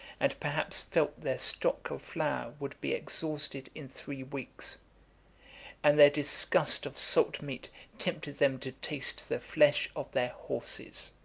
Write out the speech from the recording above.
and perhaps felt their stock of flour would be exhausted in three weeks and their disgust of salt meat tempted them to taste the flesh of their horses.